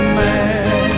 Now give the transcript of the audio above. man